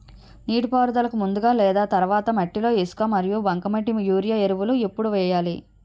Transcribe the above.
నీటిపారుదలకి ముందు లేదా తర్వాత మట్టిలో ఇసుక మరియు బంకమట్టి యూరియా ఎరువులు ఎప్పుడు వేయాలి?